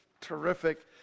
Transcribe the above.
terrific